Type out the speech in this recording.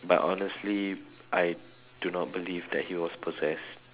but honestly I do not believe that he was possessed